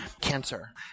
cancer